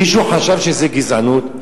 מישהו חשב שזו גזענות?